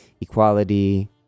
equality